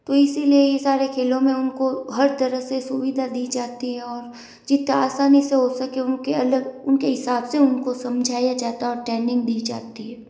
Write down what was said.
तो इसीलिए ये सारे खेलो में उनको हर तरह से सुविधा दी जाती है और जित्ता आसानी से हो सके उनके अलग उनके हिसाब से उनको समझाया जाता है और ट्रेनिंग दी जाती है